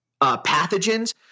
pathogens